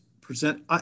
present